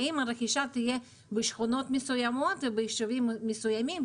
האם הרכישה תהיה בשכונות מסוימות ובישובים מסוימים?